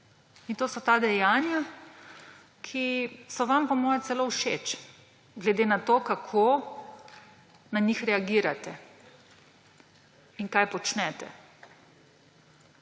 In to so ta dejanja, ki so vam po mojem celo všeč, glede na to, kako na njih reagirate in kaj počnete.